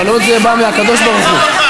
הגרלות, זה בא מהקדוש-ברוך-הוא.